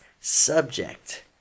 subject